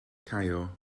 caio